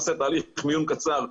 עושה תהליך מיון קצר,